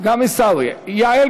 גם עיסאווי, גם עיסאווי.